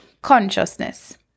consciousness